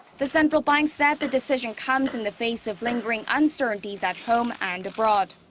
the central bank said the decision comes in the face of lingering uncertainties at home and abroad.